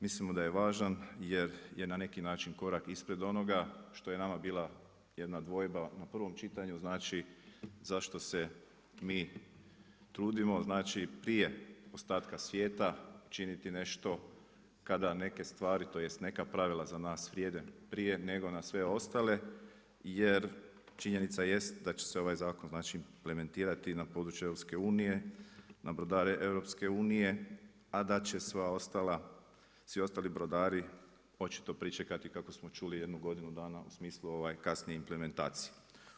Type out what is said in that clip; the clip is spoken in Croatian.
Mislimo da je važan, jer je na neki način korak ispred onoga što je nama bila jedna dvojba na prvom čitanju, znači, zašto se mi trudimo, znači prije ostatka svijeta činiti nešto kada neke stvari tj. neka pravila za nas vrijede prije nego na sve ostale, jer činjenica jest da će se ovaj zakon znači implementirati na području EU, na brodare EU, a da će sva ostala, svi ostali brodari moći to pričekati kako smo čuli jednu godinu danu u smislu kasnije implementacije.